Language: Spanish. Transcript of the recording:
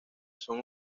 son